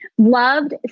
loved